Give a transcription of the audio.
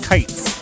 Kites